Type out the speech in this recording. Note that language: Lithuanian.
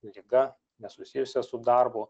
liga nesusijusia su darbu